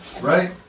Right